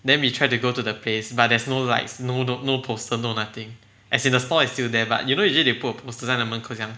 then we tried to go to the place but there's no lights no no poster no nothing as in the stall is still there but you know usually they put a poster 在那个门口这样